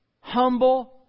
humble